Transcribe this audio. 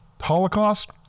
Holocaust